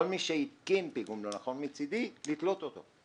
כל מי שהתקין פיגום לא נכון מצידי לתלות אותו.